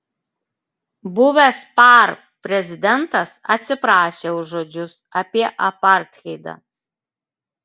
buvęs par prezidentas atsiprašė už žodžius apie apartheidą